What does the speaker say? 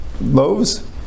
loaves